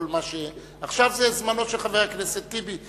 עכשיו זה זמנו של חבר הכנסת טיבי,